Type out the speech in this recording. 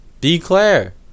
Declare